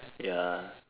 ya